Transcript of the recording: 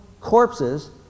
corpses